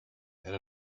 and